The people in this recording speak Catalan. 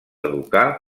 educar